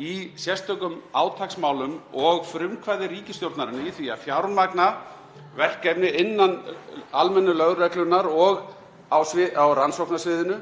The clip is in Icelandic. í sérstökum átaksmálum og frumkvæði ríkisstjórnarinnar í því að fjármagna verkefni innan almennu lögreglunnar og á rannsóknarsviðinu